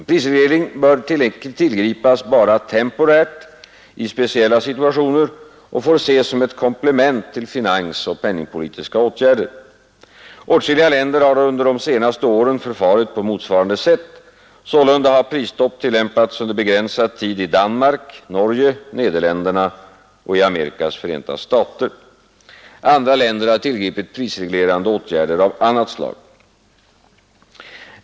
Prisreglering bör tillgripas bara temporärt i speciella situationer och får ses som ett komplement till finansoch penningpolitiska åtgärder. Åtskilliga länder har under de senaste åren förfarit på motsvarande sätt. Sålunda har prisstopp tillämpats under begränsad tid i Danmark, Norge, Nederländerna och Amerikas förenta stater. Andra länder har tillgripit prisreglerande åtgärder av annat slag.